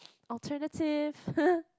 alternative